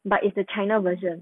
but it's the china version